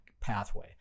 pathway